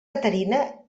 caterina